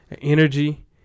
energy